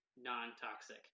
non-toxic